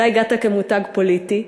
אתה הגעת כמותג פוליטי.